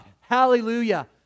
hallelujah